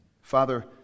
Father